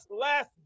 last